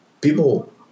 People